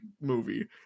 movie